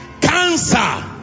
Cancer